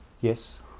Yes